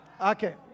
Okay